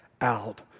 out